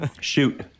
Shoot